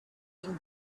been